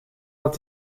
dat